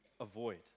avoid